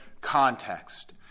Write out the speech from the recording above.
context